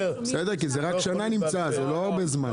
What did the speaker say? כי זה רק שנה נמצא, זה לא הרבה זמן.